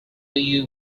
you